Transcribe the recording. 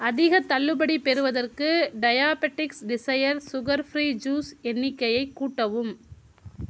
அதிகத் தள்ளுபடி பெறுவதற்கு diabetics desire sugar free juice எண்ணிக்கையை கூட்டவும்